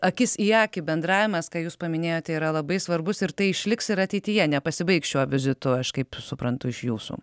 akis į akį bendravimas ką jūs paminėjote yra labai svarbus ir tai išliks ir ateityje nepasibaigs šiuo vizitu aš kaip suprantu iš jūsų